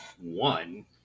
one